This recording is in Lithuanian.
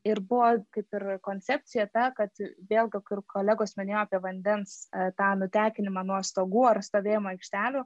ir buvo kaip ir koncepcija ta kad vėlgi kur kolegos minėjo apie vandens e tą nutekinimą nuo stogų ar stovėjimo aikštelių